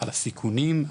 על הסיכונים,